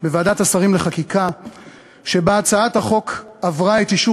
בוועדת השרים לחקיקה ועברה את אישור